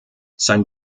sein